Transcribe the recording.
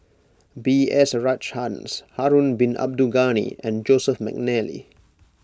B S Rajhans Harun Bin Abdul Ghani and Joseph McNally